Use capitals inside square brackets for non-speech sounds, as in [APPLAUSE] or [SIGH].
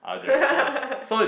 [LAUGHS]